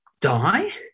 die